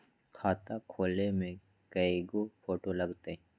खाता खोले में कइगो फ़ोटो लगतै?